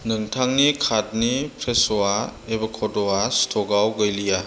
नोंथांनि कार्टनि फ्रेश' एव'केड'आ स्टकआव गैलिया